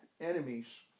enemies